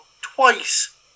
twice